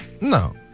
No